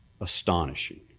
astonishing